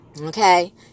okay